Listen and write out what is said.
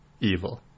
evil